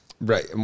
Right